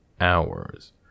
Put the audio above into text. hours